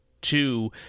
two